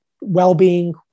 well-being